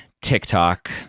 TikTok